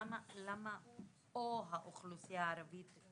למה רשום: "או האוכלוסייה הערבית",